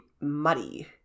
muddy